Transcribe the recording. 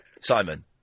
Simon